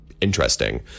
interesting